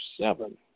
seven